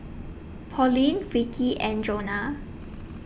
Pauline Ricky and Jonah